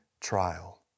trial